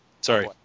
Sorry